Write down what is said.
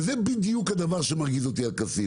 וזה בדיוק הדבר שמרגיז אותי על כסיף